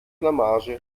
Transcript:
blamage